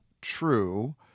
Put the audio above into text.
true